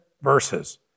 verses